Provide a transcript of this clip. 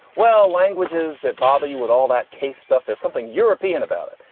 well, languages that bother you with all that case stuff. there's something european about it.